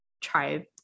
try